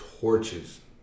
torches